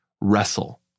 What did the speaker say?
wrestle